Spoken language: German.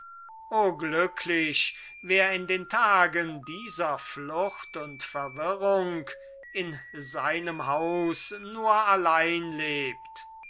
o glücklich wer in den tagen dieser flucht und verwirrung in seinem haus nur allein lebt